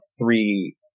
three